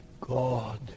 God